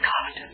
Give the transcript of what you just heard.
God